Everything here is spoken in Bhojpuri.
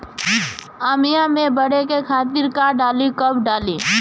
आमिया मैं बढ़े के खातिर का डाली कब कब डाली?